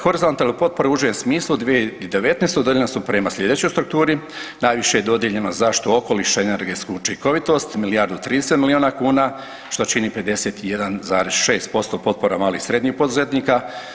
Horizontalne potpore u užem smislu u 2019. dodijeljene su prema sljedećoj strukturi najviše je dodijeljeno za zaštitu okoliša i energetsku učinkovitost milijardu i 30 milijuna kuna što čini 51,6% potpora malih i srednjih poduzetnika.